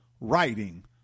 writing